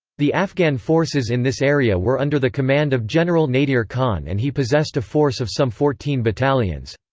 the afghan forces in this area were under the command of general nadir khan and he possessed a force of some fourteen battalions.